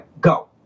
go